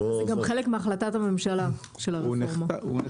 זה גם חלק מהחלטת הממשלה של הרפורצה.